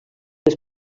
els